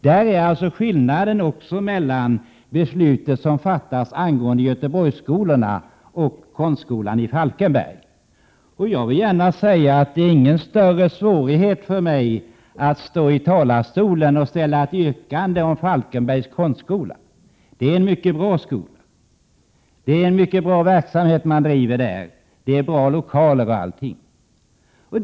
Det är skillnaden mellan beslutet som fattas om Göteborgsskolorna och beslutet om konstskolan i Falkenberg. Det är ingen större svårighet för mig att stå i talarstolen och framställa ett yrkande om Falkenbergs konstskola. Det är en mycket bra skola, som driver | en mycket bra verksamhet, har bra lokaler osv.